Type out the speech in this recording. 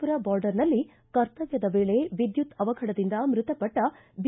ಪುರ ಬಾರ್ಡರ್ನಲ್ಲಿ ಕರ್ತವ್ಯದ ವೇಳೆ ವಿದ್ಯುತ್ ಅವಘಡದಿಂದ ಮೃತಪಟ್ಟ ಬಿ